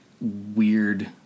weird